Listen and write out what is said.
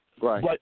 Right